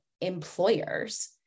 employers